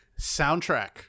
Soundtrack